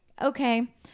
okay